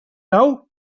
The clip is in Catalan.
nou